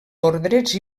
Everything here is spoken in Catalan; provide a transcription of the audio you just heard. ordres